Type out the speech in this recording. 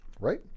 right